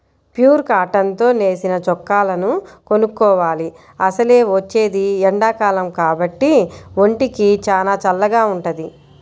pure cotton తో నేసిన చొక్కాలను కొనుక్కోవాలి, అసలే వచ్చేది ఎండాకాలం కాబట్టి ఒంటికి చానా చల్లగా వుంటది